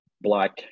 Black